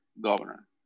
governor